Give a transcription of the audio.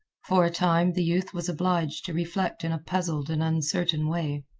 for a time the youth was obliged to reflect in a puzzled and uncertain way.